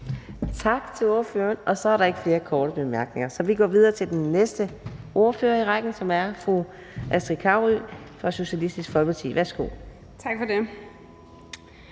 Tak til ordføreren. Så er der ikke flere korte bemærkninger. Vi går videre til den næste ordfører i rækken, som er fru Astrid Carøe fra Socialistisk Folkeparti. Værsgo. Kl.